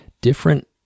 Different